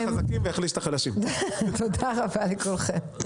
תודה רבה לכולכם,